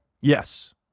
Yes